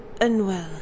Unwell